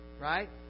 Right